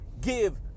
give